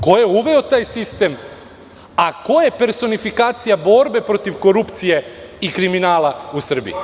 Ko je uveo taj sistem, a ko je personifikacija borbe protiv korupcije i kriminala u Srbiji?